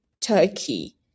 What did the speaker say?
Turkey